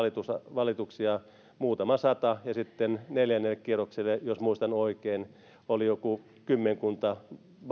valituksia muutama sata ja sitten neljännelle kierrokselle jos muistan oikein oli joku kymmenkunta